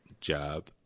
job